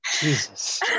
Jesus